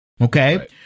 okay